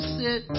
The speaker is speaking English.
sit